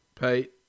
Pete